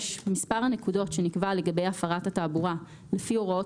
מספר הנקודות שנקבע לגבי הפרת התעבורה לפי הוראות